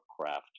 craft